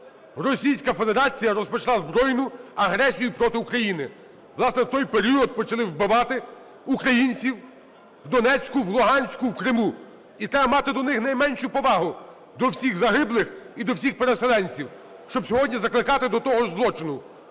Російська Федерація розпочала збройну агресію проти України. Власне, в той період почали вбивати українців в Донецьку, в Луганську, в Криму. І треба мати до них найменшу повагу, до всіх загиблих і до всіх переселенців, щоб сьогодні закликати до того ж злочину.